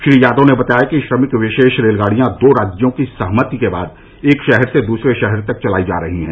श्री यादव ने बताया कि श्रमिक विशेष रेलगाडियां दो राज्यों की सहमति के बाद एक शहर से दूसरे शहर तक चलाई जा रही हैं